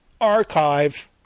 archive